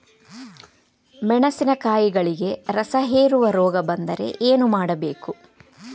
ಮೆಣಸಿನಕಾಯಿಗಳಿಗೆ ರಸಹೇರುವ ರೋಗ ಬಂದರೆ ಏನು ಮಾಡಬೇಕು?